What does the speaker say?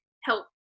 help